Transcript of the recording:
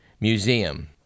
Museum